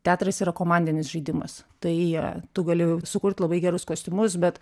teatras yra komandinis žaidimas tai tu gali sukurt labai gerus kostiumus bet